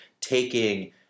taking